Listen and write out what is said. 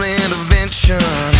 intervention